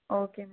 okay மா